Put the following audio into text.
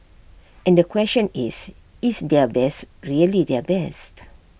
and the question is is their best really their best